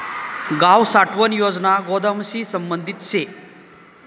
गाव साठवण योजना गोदामशी संबंधित शे